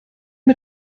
mit